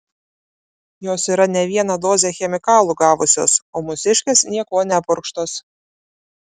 jos yra ne vieną dozę chemikalų gavusios o mūsiškės niekuo nepurkštos